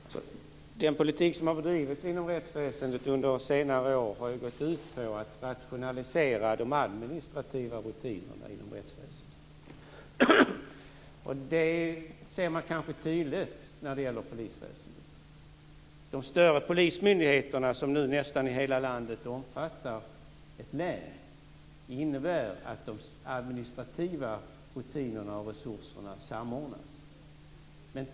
Fru talman! Den politik som under senare år har bedrivits inom rättsväsendet har ju gått ut på att rationalisera de administrativa rutinerna inom detta. Det ser man tydligt inom polisväsendet. Införandet av de större polismyndigheterna, som nu i nästan hela landet omfattar ett län vardera, innebär att de administrativa rutinerna och resurserna samordnas.